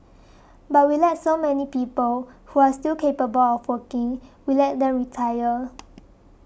but we let so many people who are still capable of working we let them retire